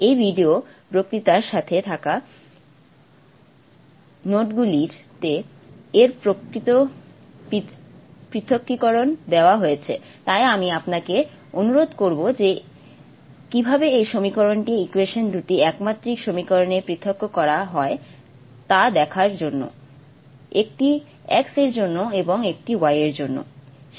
এই ভিডিও বক্তৃতার সাথে থাকা নোটগুলিতে এর প্রকৃত পৃথকীকরণ দেওয়া হয়েছে তাই আমি আপনাকে অনুরোধ করব যে কীভাবে এই সমীকরণটি দুটি একমাত্রিক সমীকরণে পৃথক করা হয় তা দেখার জন্য একটি x এর জন্য এবং একটি y এর জন্য